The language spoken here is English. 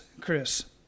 Chris